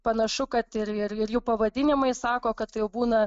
panašu kad ir ir jų pavadinimai sako kad tai būna